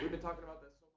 been talking about that